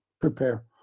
prepare